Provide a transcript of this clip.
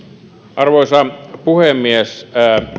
arvoisa puhemies